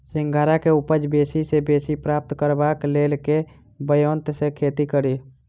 सिंघाड़ा केँ उपज बेसी सऽ बेसी प्राप्त करबाक लेल केँ ब्योंत सऽ खेती कड़ी?